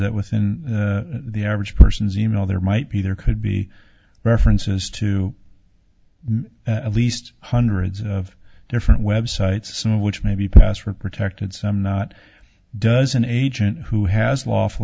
that within the average person's e mail there might be there could be references to at least hundreds of different websites some of which may be password protected some not does an agent who has lawful